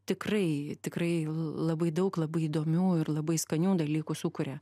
tikrai tikrai labai daug labai įdomių ir labai skanių dalykų sukuria